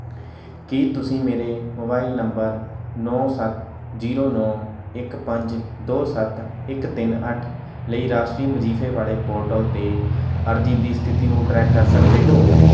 ਕੀ ਤੁਸੀਂ ਮੇਰੇ mobile number ਨੌ ਸੱਤ ਜ਼ੀਰੋ ਨੌ ਇੱਕ ਪੰਜ ਦੋ ਸੱਤ ਇੱਕ ਤਿੰਨ ਅੱਠ ਲਈ ਰਾਸ਼ਟਰੀ ਵਜੀਫੇ ਵਾਲੇ ਪੋਰਟਲ 'ਤੇ ਅਰਜ਼ੀ ਦੀ ਸਥਿਤੀ ਨੂੰ ਟਰੈਕ ਕਰ ਸਕਦੇ ਹੋ